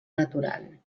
natural